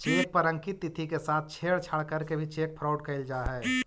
cheque पर अंकित तिथि के साथ छेड़छाड़ करके भी चेक फ्रॉड कैल जा हइ